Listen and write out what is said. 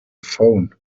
phone